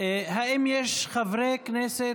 האם יש חברי כנסת,